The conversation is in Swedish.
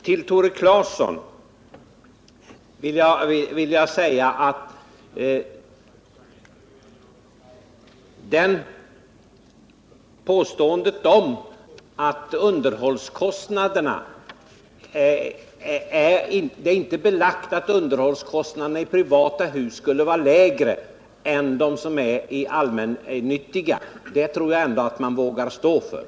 Till Tore Claeson vill jag säga att det inte är belagt att underhållskostna Nr 56 derna i privata hus skulle vara lägre än underhållskostnaderna i allmännyttiga Fredagen den hus. Det tror jag ändå att jag vågar stå för.